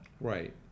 Right